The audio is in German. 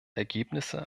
ergebnisse